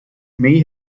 may